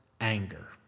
anger